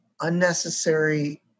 unnecessary